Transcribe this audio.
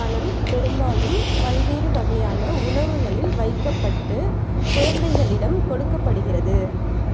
பணம் பெரும்பாலும் பல்வேறு வகையான உணவுகளில் வைக்கப்பட்டு குழந்தைகளிடம் கொடுக்கப்படுகிறது